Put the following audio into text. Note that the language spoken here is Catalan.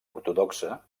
ortodoxa